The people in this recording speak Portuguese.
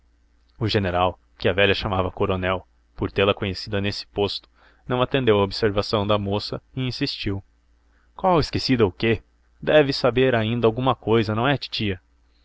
o general que a velha chamava coronel por tê-lo conhecido nesse posto não atendeu a observação da moça e insistiu qual esquecida o quê deve saber ainda alguma cousa não é titia